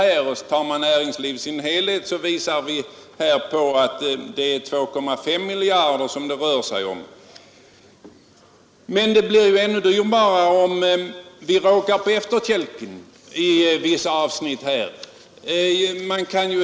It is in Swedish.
Som vi påpekat uppgår de för näringslivet i dess helhet till 2,5 miljarder. Men det blir ju ännu dyrare om vi råkar på efterkälken på vissa avsnitt.